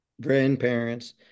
grandparents